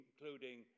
including